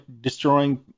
destroying